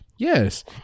Yes